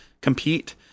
compete